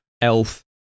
Elf